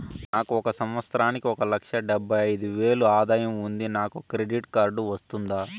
నాకు ఒక సంవత్సరానికి ఒక లక్ష డెబ్బై అయిదు వేలు ఆదాయం ఉంది నాకు క్రెడిట్ కార్డు వస్తుందా?